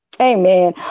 Amen